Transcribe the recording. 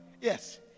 yes